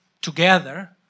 together